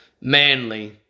manly